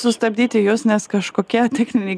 sustabdyti jus nes kažkokie techniniai